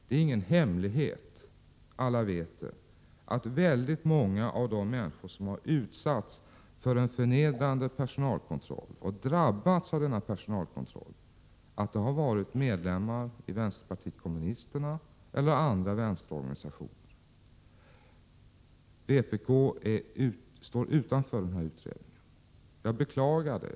Det är ingen hemlighet — alla vet det — att väldigt många av de människor som har utsatts för en förnedrande personalkontroll och drabbats av denna personalkontroll har varit medlemmari vänsterpartiet kommunisterna eller i andra vänsterorganisationer. Vpk står utanför denna utredning, och jag beklagar det.